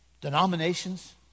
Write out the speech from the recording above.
denominations